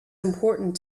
important